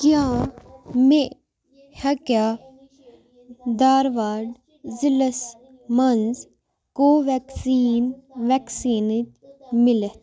کیٛاہ مےٚ ہیٚکیٛاہ دھارواڑ ضِلَس منٛز کو وٮ۪کسیٖن وٮ۪کسیٖنہٕ مِلِتھ